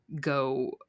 go